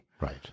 Right